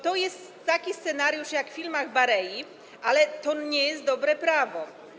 To jest taki scenariusz jak w filmach Berei, ale to nie jest dobre prawo.